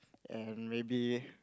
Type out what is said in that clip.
and maybe